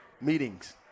meetings